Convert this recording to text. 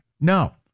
No